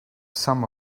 some